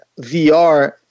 VR